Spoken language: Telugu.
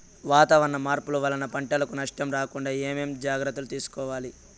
వాతావరణ మార్పులు వలన పంటలకు నష్టం రాకుండా ఏమేం జాగ్రత్తలు తీసుకోవల్ల?